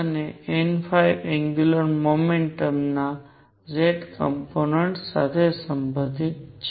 અને n angular momentum ના z component સાથે સંબંધિત છે